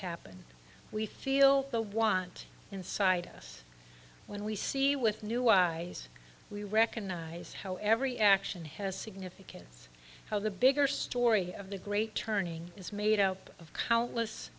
happen we feel the want inside us when we see with new eyes we recognize how every action has significance how the bigger story of the great turning is made up of countless